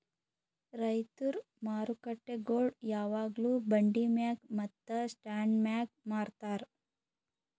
ರೈತುರ್ ಮಾರುಕಟ್ಟೆಗೊಳ್ ಯಾವಾಗ್ಲೂ ಬಂಡಿ ಮ್ಯಾಗ್ ಮತ್ತ ಸ್ಟಾಂಡ್ ಮ್ಯಾಗ್ ಮಾರತಾರ್